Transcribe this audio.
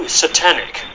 satanic